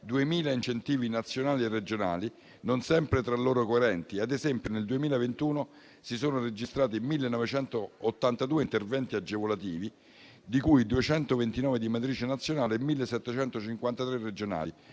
2.000 incentivi nazionali e regionali non sempre tra loro coerenti; ad esempio, nel 2021, si sono registrati 1.982 interventi agevolativi, di cui 229 di matrice nazionale e 1.753 regionali,